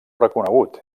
reconegut